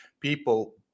People